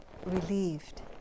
relieved